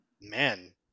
man